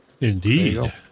indeed